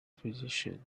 physician